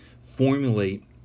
formulate